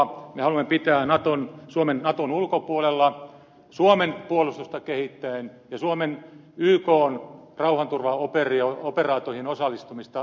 me haluamme pitää suomen naton ulkopuolella suomen puolustusta kehittäen ja suomen osallistumista ykn rauhanturvaoperaatioihin lisäten